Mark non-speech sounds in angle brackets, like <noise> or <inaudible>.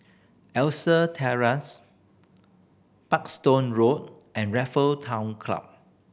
<unintelligible> Terrace Parkstone Road and Raffle Town Club